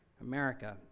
America